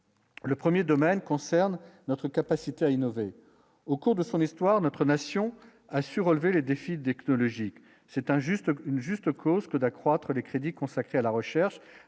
Le 1er domaine concerne notre capacité à innover au cours de son nez. Voir notre Nation assure relever les défis d'écologie, c'est injuste, une juste cause que d'accroître les crédits consacrés à la recherche